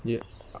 ya